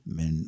Men